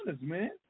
man